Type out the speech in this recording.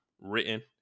written